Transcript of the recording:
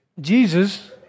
Jesus